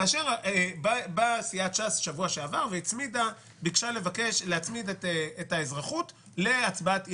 כאשר סיעת ש"ס באה בשבוע שעבר וביקשה להצמיד את האזרחות להצבעת אי-אמון,